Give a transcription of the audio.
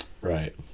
right